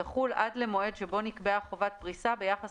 תחול עד למועד שבו נקבעה חובת פריסה ביחס